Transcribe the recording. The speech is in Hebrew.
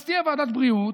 אז תהיה ועדת הבריאות,